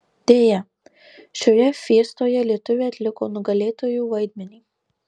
deja šioje fiestoje lietuviai atliko nugalėtųjų vaidmenį